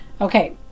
okay